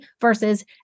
versus